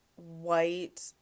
white